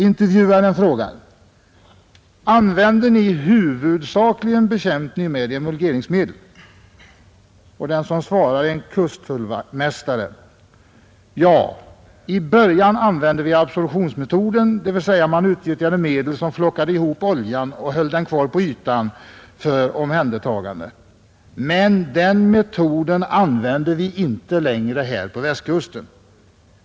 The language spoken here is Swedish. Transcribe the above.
Intervjuaren frågar: ”Använder ni huvudsakligen bekämpning med emulgeringsmedel?” Kusttullmästaren svarar: ”Ja, i början använde vi absorbtionsmetoden, dvs. man utnyttjade medel som flockade ihop oljan och höll den kvar på ytan för omhändertagande, men den metoden använder vi inte längre här på västkusten.